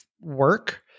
work